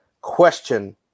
question